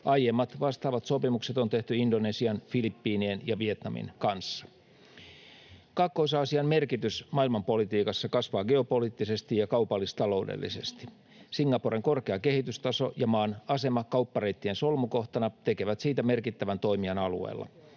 Aiemmat vastaavat sopimukset on tehty Indonesian, Filippiinien ja Vietnamin kanssa. Kaakkois-Aasian merkitys maailmanpolitiikassa kasvaa geopoliittisesti ja kaupallis-taloudellisesti. Singaporen korkea kehitystaso ja maan asema kauppareittien solmukohtana tekevät siitä merkittävän toimijan alueella.